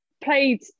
played